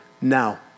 now